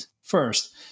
first